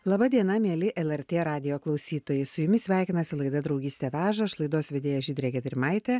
laba diena mieli lrt radijo klausytojai su jumis sveikinasi laida draugystė veža aš laidos vedėja žydrė gedrimaitė